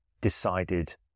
decided